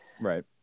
Right